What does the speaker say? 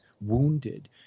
wounded